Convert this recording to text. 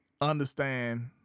understand